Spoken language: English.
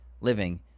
living